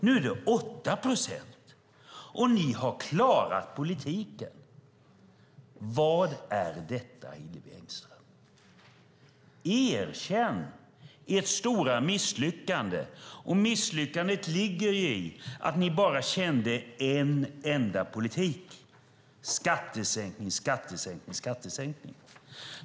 Nu är det 8 procent, och ni säger att ni har klarat politiken. Vad är detta, Hillevi Engström? Erkänn ert stora misslyckande! Misslyckandet ligger i att ni bara kände en enda politik: skattesänkning, skattesänkning, skattesänkning.